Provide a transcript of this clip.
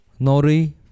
nori